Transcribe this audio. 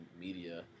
media